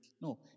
No